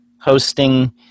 hosting